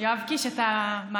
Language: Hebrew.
יואב קיש, אתה מעתיק.